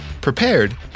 prepared